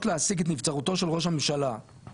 להשיג את נבצרותו של ראש הממשלה,